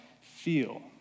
feel